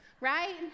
Right